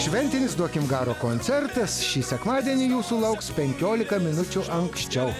šventinis duokim garo koncertas šį sekmadienį sulauks penkiolika minučių anksčiau